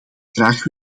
graag